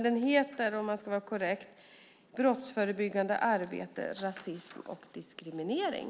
Det korrekta namnet på kursen är Brottsförebyggande arbete, rasism och diskriminering.